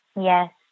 Yes